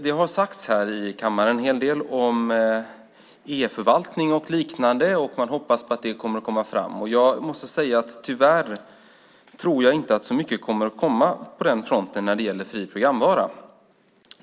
Det har sagts en hel del om e-förvaltning och liknande här i kammaren. Man hoppas att det kommer att komma fram. Jag måste säga att tyvärr tror jag inte att så mycket kommer att komma på den fronten när det gäller fri programvara.